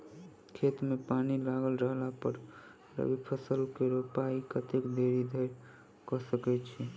खेत मे पानि लागल रहला पर रबी फसल केँ रोपाइ कतेक देरी धरि कऽ सकै छी?